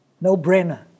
No-brainer